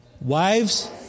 Wives